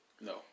No